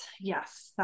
yes